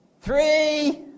three